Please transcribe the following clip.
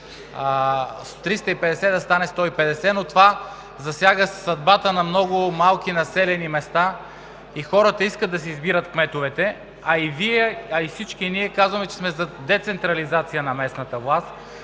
„350“ да стане „150“. Но това засяга съдбата на много малки населени места и хората искат да си избират кметовете, а и Вие, а и всички ние казваме, че сме за децентрализация на местната власт,